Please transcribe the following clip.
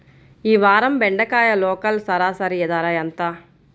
ఈ వారం బెండకాయ లోకల్ సరాసరి ధర ఎంత?